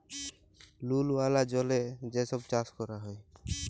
লুল ওয়ালা জলে যে ছব চাষ ক্যরা হ্যয়